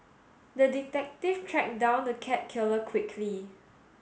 the detective tracked down the cat killer quickly